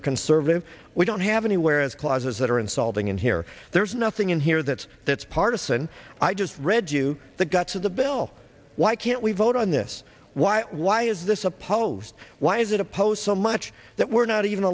or conservative we don't have anywhere else clauses that are insulting in here there's nothing in here that's that's partisan i just read you the guts of the bill why can't we vote on this why why is this supposed why is it oppose so much that we're not even